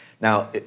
Now